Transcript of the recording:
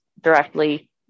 directly